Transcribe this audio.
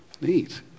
neat